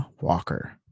Walker